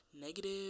negative